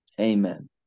Amen